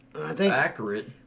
accurate